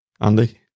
Andy